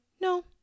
no